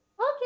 Okay